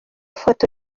foto